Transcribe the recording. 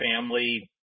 family